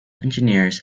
engineers